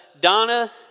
donna